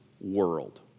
world